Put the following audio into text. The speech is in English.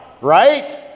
right